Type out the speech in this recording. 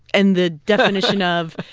and the definition of,